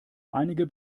einige